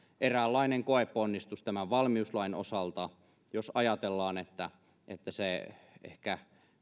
eräänlainen koeponnistus tämän valmiuslain osalta jos ajatellaan että että se ehkä